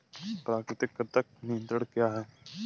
प्राकृतिक कृंतक नियंत्रण क्या है?